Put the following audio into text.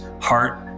heart